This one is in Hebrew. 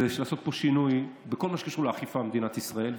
ולעשות שינוי בכל מה שקשור באכיפה במדינת ישראל,